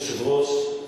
אדוני היושב-ראש,